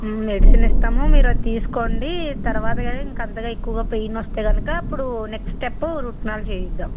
medicine ఇస్తాము మీరు అది తీసుకోండి తర్వాత కానీ ఇంకా అంతగా ఎక్కువగా పెయిన్ వస్తే కనుక అప్పుడు నెక్స్ట్ స్టెప్ రూట్ కెనాల్ చేయిద్దాం